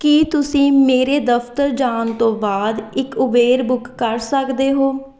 ਕੀ ਤੁਸੀਂ ਮੇਰੇ ਦਫਤਰ ਜਾਣ ਤੋਂ ਬਾਅਦ ਇੱਕ ਉਬੇਰ ਬੁੱਕ ਕਰ ਸਕਦੇ ਹੋ